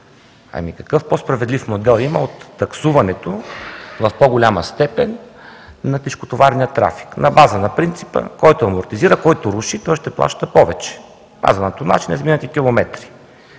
Ами, какъв по-справедлив модел има от таксуването в по-голяма степен на тежкотоварния трафик на база на принципа: „Който амортизира, който руши – той ще плаща повече!” – на база на тонажа и изминатите километри.